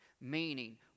Meaning